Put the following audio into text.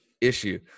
issue